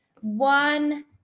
one